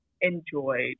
enjoyed